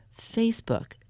Facebook